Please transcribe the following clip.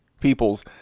People's